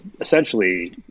essentially